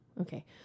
okay